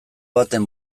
baten